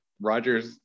Rodgers